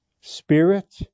spirit